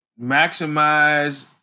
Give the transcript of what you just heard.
maximize